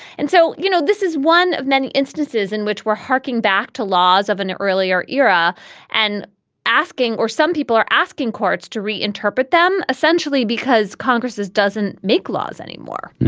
and so you know this is one of many instances in which we're harking back to laws of an earlier era and asking or some people are asking courts to reinterpret them essentially because congress doesn't make laws anymore